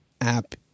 app